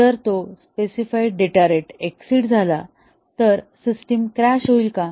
जर तो specified data rate exceed झाला तर सिस्टम क्रॅश होईल का